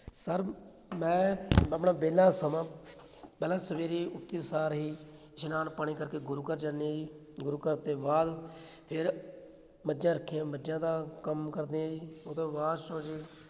sir ਮੈਂ ਆਪਣਾ ਵਿਹਲਾ ਸਮਾਂ ਪਹਿਲਾਂ ਸਵੇਰੇ ਉੱਠਦੇ ਸਾਰ ਹੀ ਇਸ਼ਨਾਨ ਪਾਣੀ ਕਰਕੇ ਗੁਰੂ ਘਰ ਜਾਂਦੇ ਹਾਂ ਜੀ ਗੁਰੂ ਘਰ ਤੋਂ ਬਾਅਦ ਫੇਰ ਮੱਝਾਂ ਰੱਖੀਆਂ ਮੱਝਾਂ ਦਾ ਕੰਮ ਕਰਦੇ ਹਾਂ ਜੀ ਉਹ ਤੋਂ ਬਾਅਦ 'ਚੋਂ ਜੀ